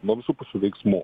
nuo visų pusių veiksmų